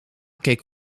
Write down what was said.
keek